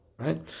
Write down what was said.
Right